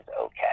okay